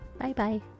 Bye-bye